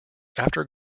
after